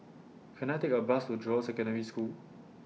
Can I Take A Bus to Jurong Secondary School